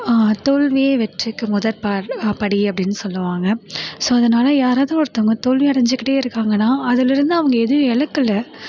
தோல்வியே வெற்றிக்கு முதற்பா படி அப்படின்னு சொல்லுவாங்கள் ஸோ அதனால் யாராவது ஒருத்தவங்க தோல்வி அடைஞ்சிக்கிட்டே இருக்காங்கன்னால் அதுலேருந்து அவங்க எதையும் இழக்கல